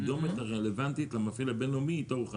הקידומת הרלוונטית למפעיל הבין-לאומי איתו הוא חתם.